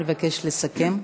אני אבקש לסכם.